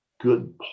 good